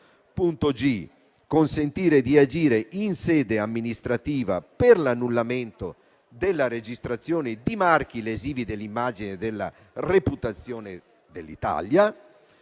8); consentire di agire in sede amministrativa per l'annullamento della registrazione di marchi lesivi dell'immagine della reputazione dell'Italia